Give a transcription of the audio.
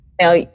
Now